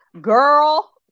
girl